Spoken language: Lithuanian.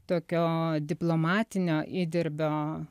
tokio diplomatinio įdirbio